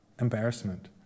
embarrassment